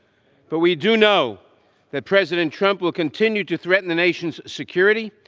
but we do know that president trump will continue to threaten the nation's security,